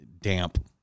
damp